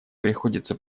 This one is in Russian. приходится